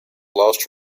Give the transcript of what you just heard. lost